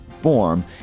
form